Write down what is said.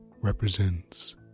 represents